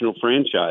franchise